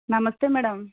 నమస్తే మ్యాడం